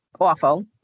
awful